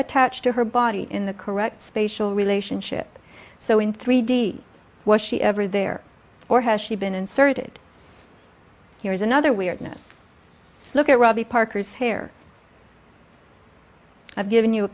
attached to her body in the correct spatial relationship so in three d was she ever there or has she been inserted here is another weirdness look at robbie parker's hair i've given you a